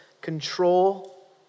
control